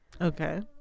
Okay